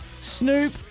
Snoop